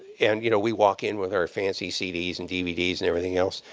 and, you know, we walk in with our fancy cds and dvds and everything else,